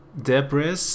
Debris